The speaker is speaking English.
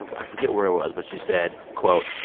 i forget where it was, but you said, quote,